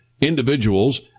Individuals